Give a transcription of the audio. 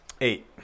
Eight